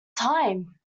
time